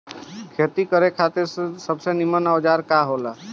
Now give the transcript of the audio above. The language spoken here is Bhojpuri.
खेती करे खातिर सबसे नीमन औजार का हो ला?